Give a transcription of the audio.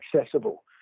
accessible